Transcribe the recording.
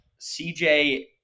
CJ